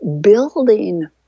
building